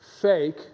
fake